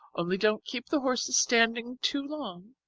only don't keep the horses standing too long